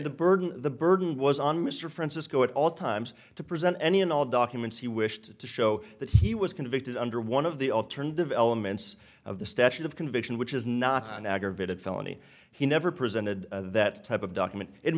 the burden the burden was on mr francisco at all times to present any and all documents he wished to show that he was convicted under one of the alternative elements of the statute of conviction which is not an aggravated felony he never presented that type of document it